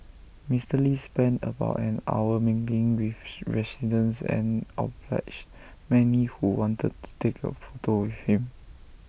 Mister lee spent about an hour mingling with residents and obliged many who wanted take of photograph with him